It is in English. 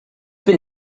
been